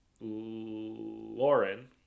lauren